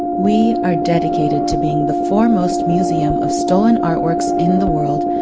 we are dedicated to being the foremost museum of stolen artworks in the world,